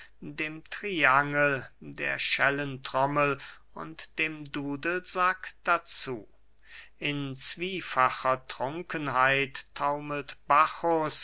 dem triangel der schellentrommel und dem dudelsack dazu in zwiefacher trunkenheit taumelt bacchus